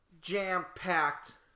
jam-packed